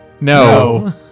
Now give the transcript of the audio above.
No